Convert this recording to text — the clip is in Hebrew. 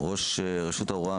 ראש רשות הרפואה,